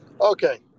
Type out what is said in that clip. Okay